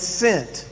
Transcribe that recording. sent